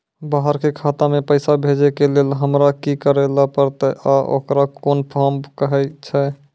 बाहर के खाता मे पैसा भेजै के लेल हमरा की करै ला परतै आ ओकरा कुन फॉर्म कहैय छै?